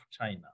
China